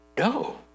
No